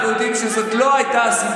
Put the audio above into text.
אנחנו יודעים שזאת לא הייתה הסיבה.